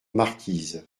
marquise